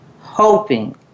hoping